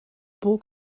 bull